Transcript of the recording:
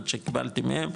עד שקיבלתי מהם,